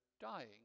dying